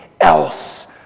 else